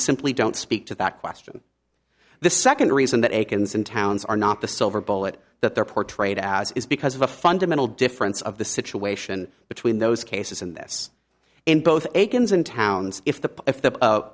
simply don't speak to that question the second reason that akin's and towns are not the silver bullet that they're portrayed as is because of a fundamental difference of the situation between those cases in this in both ends and towns if the if the